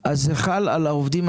אמרתי את התאריך העברי.